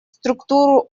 структуру